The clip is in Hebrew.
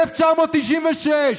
1996,